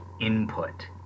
input